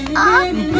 i'm